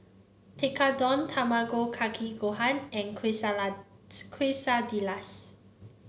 Tekkadon Tamago Kake Gohan and Quesadillas